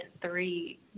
three